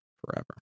forever